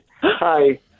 hi